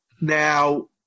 now